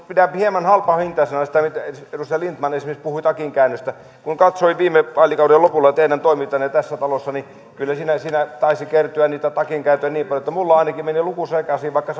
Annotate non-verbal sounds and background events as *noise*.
pidän hieman halpahintaisena sitä mitä esimerkiksi edustaja lindtman puhui takinkäännöstä kun katsoin viime vaalikauden lopulla teidän toimintaanne tässä talossa niin kyllä siinä taisi kertyä niitä takinkääntöjä niin paljon että minulla ainakin meni luku sekaisin vaikka *unintelligible*